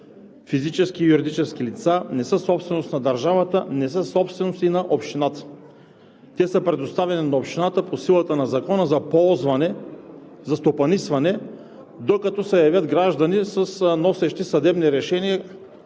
физически и юридически лица, не са собственост на държавата, не са собственост и на общината. Те са предоставени на общината по силата на Закона за ползване, за стопанисване, докато се явят граждани, носещи съдебни решения